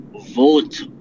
vote